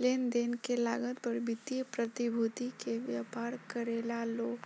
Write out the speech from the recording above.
लेनदेन के लागत पर वित्तीय प्रतिभूति के व्यापार करेला लो